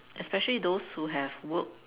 especially those who have worked